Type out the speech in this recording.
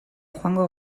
joango